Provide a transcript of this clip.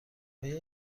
آیا